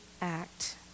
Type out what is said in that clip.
act